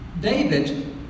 David